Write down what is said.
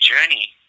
journey